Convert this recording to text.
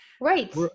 Right